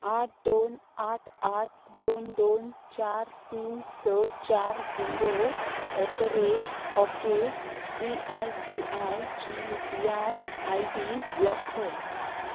आठ दोन आठ आठ दोन दोन चार तीन स चार zero at the rate okay C I C I ची U P I I D block कर